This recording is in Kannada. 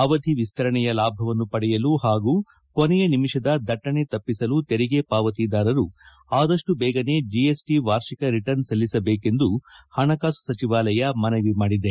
ಅವಧಿ ವಿಸ್ತರಣೆಯ ಲಾಭವನ್ನು ಪಡೆಯಲು ಹಾಗೂ ಕೊನೆಯ ನಿಮಿಷದ ದಟ್ಟಣೆ ತಪ್ಪಿಸಲು ತೆರಿಗೆ ಪಾವತಿದಾರರು ಆದಷ್ಟು ಬೇಗನೆ ಜಿಎಸ್ಟಿ ವಾರ್ಷಿಕ ರಿಟರ್ನ್ ಸಲ್ಲಿಸಬೇಕೆಂದು ಹಣಕಾಸು ಸಚಿವಾಲಯ ಮನವಿ ಮಾಡಿದೆ